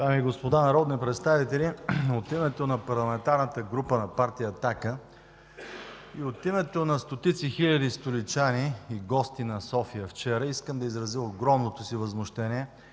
Дами и господа народни представители! От името на Парламентарната група на партия „Атака” и от името на стотици хиляди столичани и гости на София вчера искам да изразя огромното си възмущение